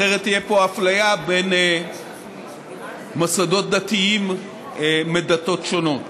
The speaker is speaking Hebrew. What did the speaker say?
אחרת תהיה פה אפליה בין מוסדות דתיים מדתות שונות.